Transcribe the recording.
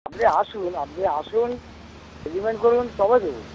আপনি আসুন আপনি আসুন এগ্রিমেন্ট করুন তবে দেবো